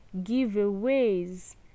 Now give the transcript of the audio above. giveaways